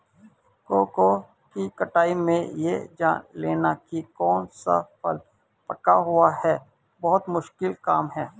cocoa की कटाई में यह जान लेना की कौन सा फल पका हुआ है बहुत मुश्किल काम है